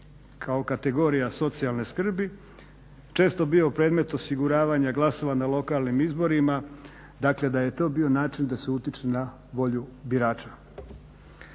kao kategorija socijalne skrbi često bio predmet osiguravanja glasova na lokalnim izborima, dakle da je to bio način da se utječe na volju birača.